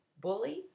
Bully